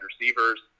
receivers